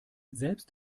selbst